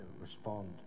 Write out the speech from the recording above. respond